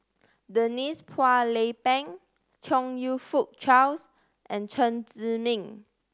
Denise Phua Lay Peng Chong You Fook Charles and Chen Zhiming